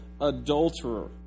adulterer